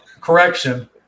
Correction